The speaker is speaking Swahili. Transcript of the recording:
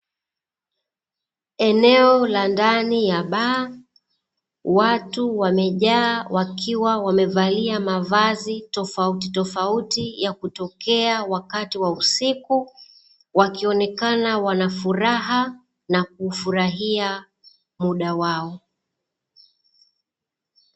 Eneo la ndani ya baa, watu wamejaa wakiwa wamevalia mavazi tofauti tofauti ya kutokea wakati wa usiku wakionekana wanafuraha na kuufurahia muda wao.